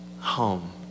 home